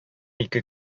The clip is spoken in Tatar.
ике